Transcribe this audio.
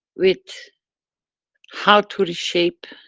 with how to reshape